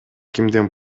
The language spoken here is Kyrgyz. кимдин